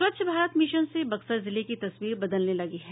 स्वच्छ भारत मिशन से बक्सर जिले की तस्वीर बदलने लगी है